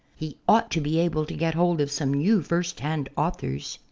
he ought to be able to get hold of some new first-hand authors.